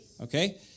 Okay